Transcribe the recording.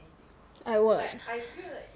like what